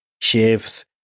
chefs